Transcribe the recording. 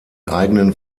eigenen